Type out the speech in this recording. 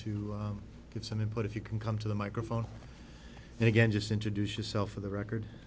to get some input if you can come to the microphone and again just introduce yourself for the record